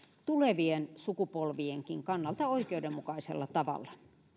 tulevien sukupolvienkin kannalta oikeudenmukaisella tavalla